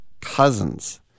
Cousins